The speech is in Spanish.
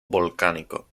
volcánico